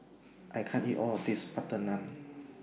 I can't eat All of This Butter Naan